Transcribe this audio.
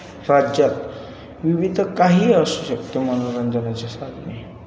राज्यात विविध काहीही असू शकते मनोरंजनाची साधने